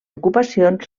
ocupacions